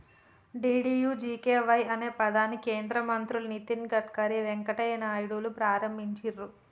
DDUGKY అనే పథకాన్ని కేంద్ర మంత్రులు నితిన్ గడ్కరీ, వెంకయ్య నాయుడులు ప్రారంభించిర్రు